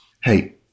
hey